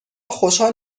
خوشحال